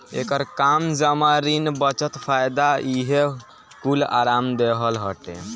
एकर काम जमा, ऋण, बचत, फायदा इहे कूल आराम देहल हटे